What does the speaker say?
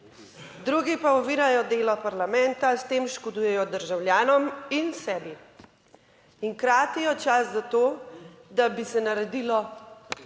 Drugi pa ovirajo delo parlamenta, s tem škodujejo državljanom in sebi in kratijo čas za to, da bi se naredilo